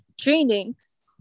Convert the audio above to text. trainings